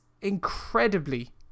incredibly